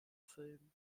film